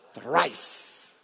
thrice